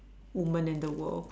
woman in the world